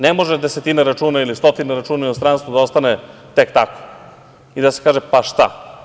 Ne može na desetine ili na stotine računa u inostranstvu da ostane tek tako i da se kaže – pa šta?